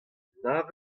nav